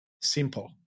simple